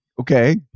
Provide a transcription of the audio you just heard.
Okay